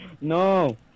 No